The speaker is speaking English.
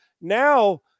now